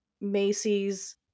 Macy's